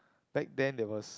back then there was